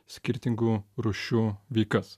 skirtingų rūšių veikas